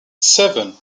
seven